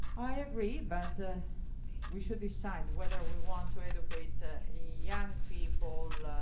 i agree, but we should decide whether we want to educate young people